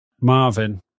Marvin